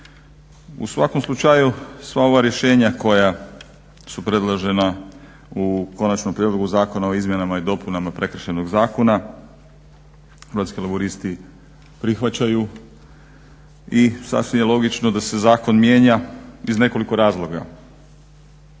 U svakom slučaju sva ova rješenja koja su predložena u Konačnom prijedlogu Zakona o izmjenama i dopunama Prekršajnog zakona Hrvatski laburisti prihvaćaju i sasvim je logično da se zakon mijenja iz nekoliko razloga.